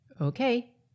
Okay